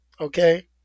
okay